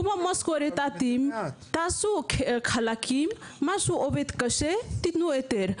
קחו את המשכורת ותחלקו למי שעובד קשה תתנו יותר,